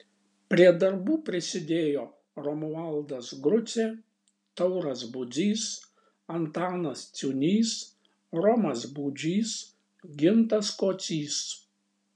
prie darbų prisidėjo romualdas grucė tauras budzys antanas ciūnys romas budžys gintas kocys